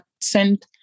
sent